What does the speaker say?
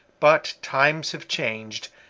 but times have changed,